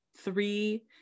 Three